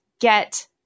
get